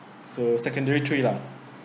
so secondary three lah